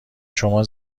شما